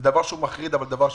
זה דבר שהוא מחריד וכואב.